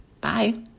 Bye